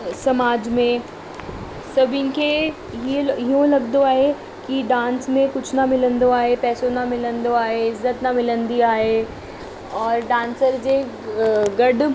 समाज में सभिनि खे हीअं इहो लॻंदो आहे की डांस में कुझु न मिलंदो आहे पैसो न मिलंदो आहे इज़त न मिलंदी आहे और डांसर जे गॾु